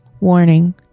Warning